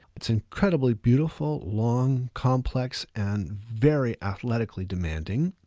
it's incredibly beautiful, long, complex, and very athletically demanding.